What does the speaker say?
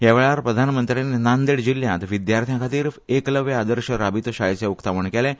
ह्या वेळार प्रधानमंत्र्यांनी नांदेड जिल्ल्ह्यांत आदिवासी विद्यार्थ्यां खातीर एकलव्य आदर्श राबितो शाळेचे उक्तावण केलें